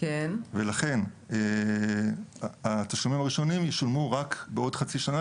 ולכן התשלומים הראשונים ישולמו רק בעוד חצי שנה